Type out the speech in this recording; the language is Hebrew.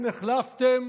כן, החלפתם